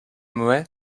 muet